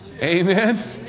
Amen